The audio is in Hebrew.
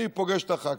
אני פוגש את הח"כים.